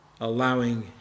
allowing